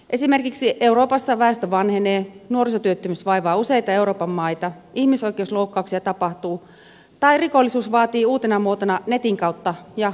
esimerkiksi euroopassa väestö vanhenee nuorisotyöttömyys vaivaa useita euroopan maita ihmisoikeusloukkauksia tapahtuu tai rikollisuus vaanii uutena muotona netin kautta ja alaikäisiä